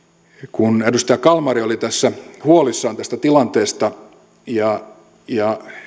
kun edustaja kalmari oli tässä huolissaan tästä tilanteesta ja ja